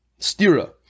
stira